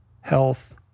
health